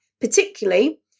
Particularly